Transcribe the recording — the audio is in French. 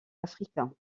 africain